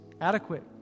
adequate